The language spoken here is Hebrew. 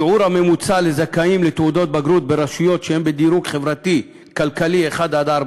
שיעור הממוצע לזכאים לתעודות בגרות ברשויות שהן בדירוג חברתי-כלכלי 1 4,